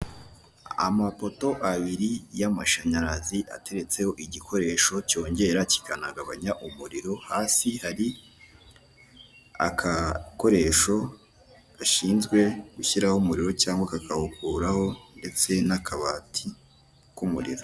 Amapoto abiri y'amashanyarazi ateretseho igikoresho cyongera kikanagabanya umuriro, hasi hari akakoresho gashinzwe gushyiraho umuriro cyangwa kakawukuraho ndetse n'akabati k'umuriro.